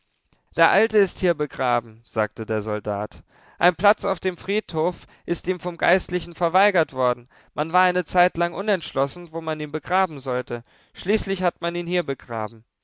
der alte ist hier begraben sagte der soldat ein platz auf dem friedhof ist ihm vom geistlichen verweigert worden man war eine zeitlang unentschlossen wo man ihn begraben sollte schließlich hat man ihn hier begraben